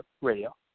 radio